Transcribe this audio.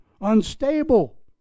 unstable